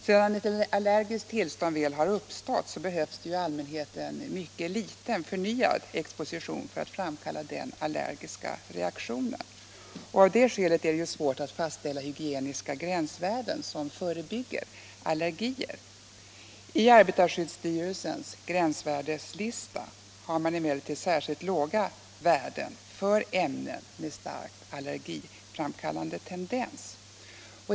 Sedan ett allergiskt tillstånd väl har uppstått behövs det i allmänhet en mycket liten förnyad disposition för att framkalla den allergiska reaktionen. Av det skälet är det svårt att fastställa de hygieniska gränsvärden som förebygger allergier. I arbetarskyddsstyrelsens gränsvärdeslista har emellertid tagits upp särskilt låga värden för ämnen med starkt allergiframkallande tendens.